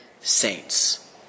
saints